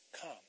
Come